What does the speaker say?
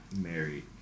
married